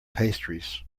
pastries